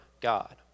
God